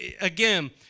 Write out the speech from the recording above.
again